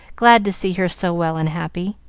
glad to see her so well and happy.